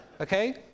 okay